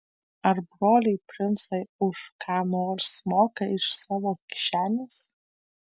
ar broliai princai už ką nors moka iš savo kišenės